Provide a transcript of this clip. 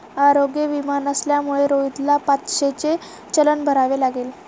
आरोग्य विमा नसल्यामुळे रोहितला पाचशेचे चलन भरावे लागले